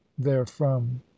therefrom